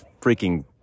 freaking